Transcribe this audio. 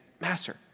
Master